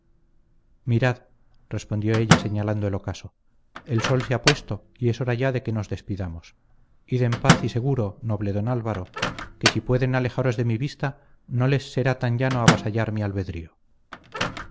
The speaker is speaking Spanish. desdicha mirad respondió ella señalando el ocaso el sol se ha puesto y es hora ya de que nos despidamos id en paz y seguro noble don álvaro que si pueden alejaros de mi vista no les será tan llano avasallar mi albedrío